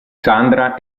sandra